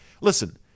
listen